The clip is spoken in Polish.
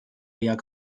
jak